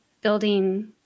building